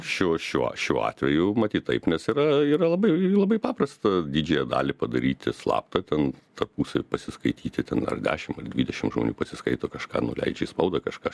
šiuo šiuo šiuo atveju matyt taip nes yra yra labai labai paprasta didžiąją dalį padaryti slaptą ten tarpusavy pasiskaityti ten ar dešim ar dvidešim žmonių pasiskaito kažką nuleidžia į spaudą kažką